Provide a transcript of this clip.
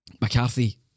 McCarthy